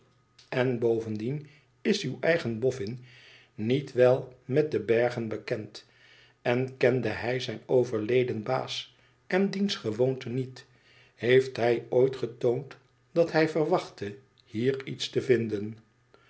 en bovendien is uw eigen boffin niet wel met de bergen bekend en kende hij zijn overleden baas en diens gewoonten niet heeft hij ooit getoond dat hij verwachtte hier iets te vinden